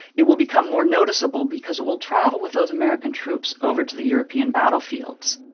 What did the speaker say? it will become more noticeable because it will travel with those american troops over to the european battlefields.